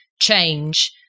change